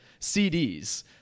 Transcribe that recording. CDs